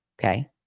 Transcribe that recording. okay